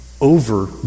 over